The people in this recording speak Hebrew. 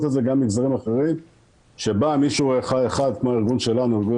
את זה גם במגזרים אחרים שבא מישהו אחד כמו הארגון שלנו,